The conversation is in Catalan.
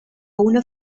una